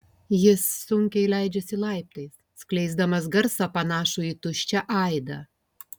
jis sunkiai leidžiasi laiptais skleisdamas garsą panašų į tuščią aidą